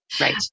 Right